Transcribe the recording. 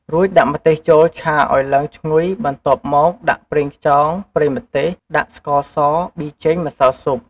រួចដាក់ម្ទេសចូលឆាឱ្យឡើងឈ្ងុយបន្ទាប់មកដាក់ប្រេងខ្យងប្រេងម្ទេស ដាក់ស្ករស ប៊ីចេង ម្សៅស៊ុប